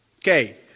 okay